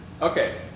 Okay